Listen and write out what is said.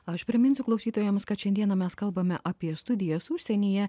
o aš priminsiu klausytojams kad šiandieną mes kalbame apie studijas užsienyje